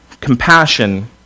compassion